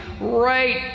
right